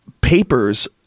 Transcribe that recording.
papers